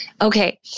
Okay